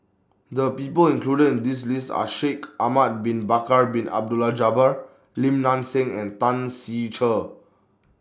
The People included in This list Are Shaikh Ahmad Bin Bakar Bin Abdullah Jabbar Lim Nang Seng and Tan Ser Cher